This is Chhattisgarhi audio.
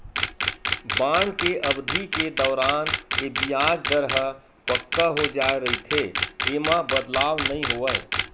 बांड के अबधि के दौरान ये बियाज दर ह पक्का हो जाय रहिथे, ऐमा बदलाव नइ होवय